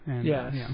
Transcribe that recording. Yes